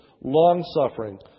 long-suffering